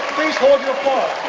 please hold your applause